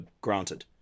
granted